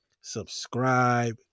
subscribe